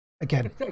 again